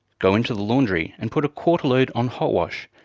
go into the laundry and put a quarter-load on hotwash',